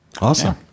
Awesome